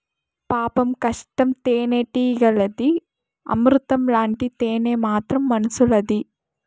పాపం కష్టం తేనెటీగలది, అమృతం లాంటి తేనె మాత్రం మనుసులది